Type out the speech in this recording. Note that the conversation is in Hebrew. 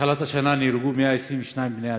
מהתחלת השנה נהרגו 122 בני אדם.